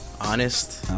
Honest